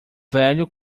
velho